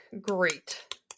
great